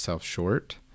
short